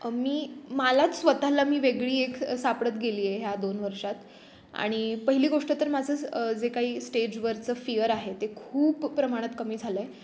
मी मलाच स्वतःला मी वेगळी एक सापडत गेली आहे ह्या दोन वर्षांत आणि पहिली गोष्ट तर माझंच जे काही स्टेजवरचं फिअर आहे ते खूप प्रमाणात कमी झालं आहे